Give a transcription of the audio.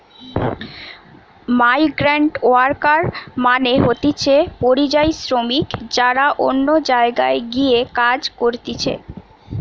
migrant worker মানে হতিছে পরিযায়ী শ্রমিক যারা অন্য জায়গায় গিয়ে কাজ করতিছে